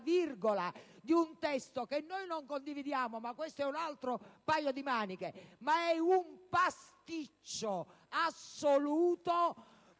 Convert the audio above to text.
virgola di un testo che noi non condividiamo - ma questo è un altro paio di maniche - ma che è un pasticcio assoluto,